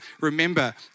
remember